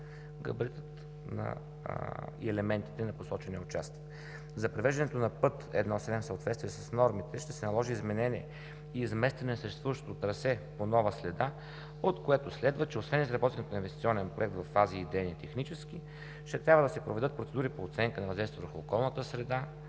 габаритът и елементите на посочения участък. За привеждането на път I-7 в съответствие с нормите, ще се наложи изменение и изместване на съществуващото трасе по нова следа, от което следва, че освен изработването на инвестиционен проект във фази идейни, технически, ще трябва да се проведат процедури по оценка на въздействие върху околната среда,